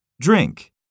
Drink